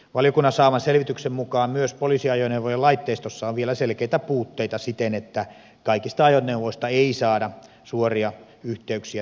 valiokunnan saaman selvityksen mukaan myös poliisiajoneuvojen laitteistoissa on vielä selkeitä puutteita siten että kaikista ajoneuvoista ei saada suoria yhteyksiä tietojärjestelmiin toimimaan